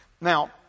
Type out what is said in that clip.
Now